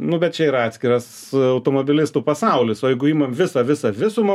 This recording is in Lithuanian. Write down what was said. nu bet čia yra atskiras automobilistų pasaulis o jeigu imam visą visą visumą